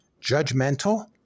judgmental